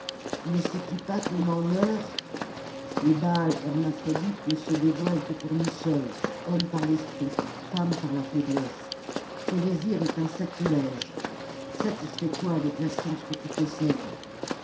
ne sais-tu pas qu'on en meurt les baals hermaphrodites ne se dévoilent que pour nous seuls hommes par l'esprit femmes par la faiblesse ton désir est un sacrilège satisfais toi avec la science que tu possèdes